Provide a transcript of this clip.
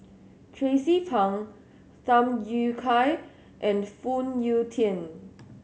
Tracie Pang Tham Yui Kai and Phoon Yew Tien